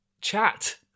chat